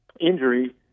injury